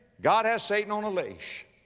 god has satan on a leash.